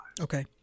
Okay